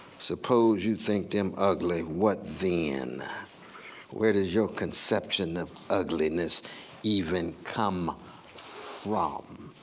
suppose you think them ugly, what then? where does your conception of ugliness even come from?